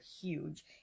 huge